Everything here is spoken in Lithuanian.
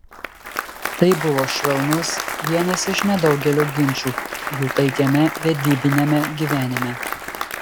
tai buvo švelnus vienas iš nedaugelio ginčų jų taikiame vedybiniame gyvenime